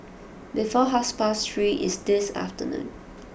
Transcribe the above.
before half past three is this afternoon